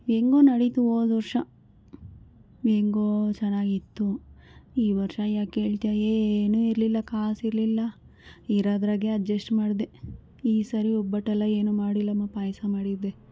ಹೆಂಗೋ ನಡೀತು ಹೋದ ವರ್ಷ ಹೆಂಗೋ ಚೆನ್ನಾಗಿತ್ತು ಈ ವರ್ಷ ಯಾಕೆ ಕೇಳ್ತಿಯ ಏನೂ ಇರ್ಲಿಲ್ಲ ಕಾಸಿರ್ಲಿಲ್ಲ ಇರೋದ್ರಾಗೆ ಅಡ್ಜಸ್ಟ್ ಮಾಡ್ದೆ ಈ ಸಲ ಒಬ್ಬಟ್ಟೆಲ್ಲ ಏನು ಮಾಡಿಲ್ಲಮ್ಮ ಪಾಯಸ ಮಾಡಿದ್ದೆ